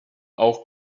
auch